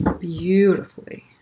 beautifully